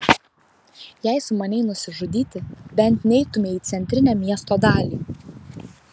jei sumanei nusižudyti bent neitumei į centrinę miesto dalį